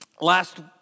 Last